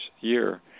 year